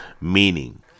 Meaning